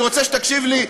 ואני רוצה שתקשיבו לי,